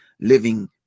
living